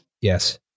Yes